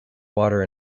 water